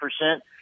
percent